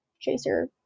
chaser